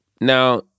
Now